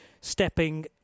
stepping